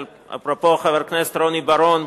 אפרופו חבר הכנסת רוני בר-און,